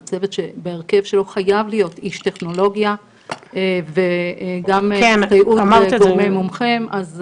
זה צוות שבהרכב שלו חייב להיות איש טכנולוגיה וסיוע של גורמים מומחים.